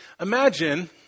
Imagine